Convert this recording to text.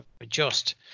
adjust